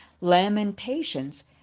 Lamentations